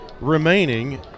remaining